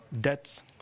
debts